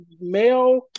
male